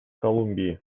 колумбии